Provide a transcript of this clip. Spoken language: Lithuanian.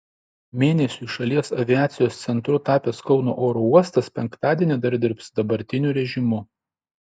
mėnesiui šalies aviacijos centru tapęs kauno oro uostas penktadienį dar dirbs dabartiniu režimu